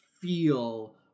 feel